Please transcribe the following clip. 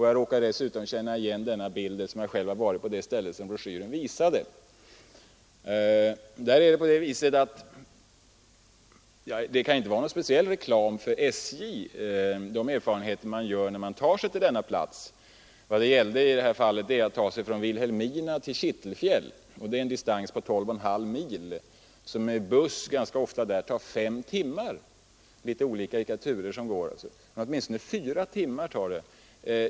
Jag råkar dessutom känna igen bilden, eftersom jag själv varit på det ställe där den var tagen. Men de erfarenheter man gör när man tar sig till denna plats kan inte vara någon reklam för SJ. I det här fallet gällde det att ta sig från Vilhelmina till Kittelfjäll, och det är en distans på 12 1/2 mil. Med buss tar det ofta fem timmar eller åtminstone fyra — det är litet olika hur turerna går.